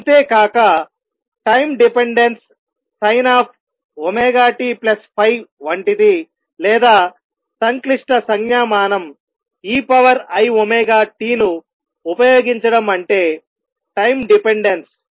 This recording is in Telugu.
అంతేకాక టైం డిపెండెన్స్ sin⁡ωtϕ వంటిది లేదా సంక్లిష్ట సంజ్ఞామానం eiωt ను ఉపయోగించడం అంటే టైం డిపెండెన్స్